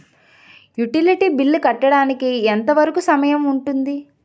Utility bill కట్టడానికి ఎంత వరుకు సమయం ఉంటుంది?